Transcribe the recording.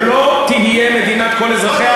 לא תהיה מדינת כל אזרחיה,